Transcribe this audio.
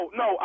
no